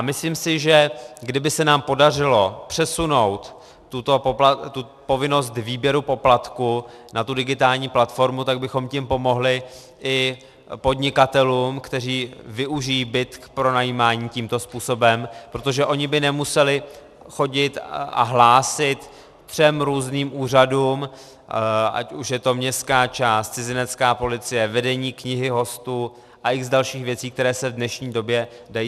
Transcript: Myslím si, že kdyby se nám podařilo přesunout povinnost výběru poplatku na tu digitální platformu, tak bychom tím pomohli i podnikatelům, kteří využijí byt k pronajímání tímto způsobem, protože oni by nemuseli chodit a hlásit třem různým úřadům, ať už je to městská část, cizinecká policie, vedení knihy hostů a x dalších věcí, které se v dnešní době dají zautomatizovat.